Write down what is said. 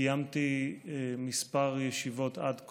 קיימתי כמה ישיבות עד כה,